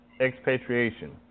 Expatriation